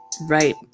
right